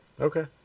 Okay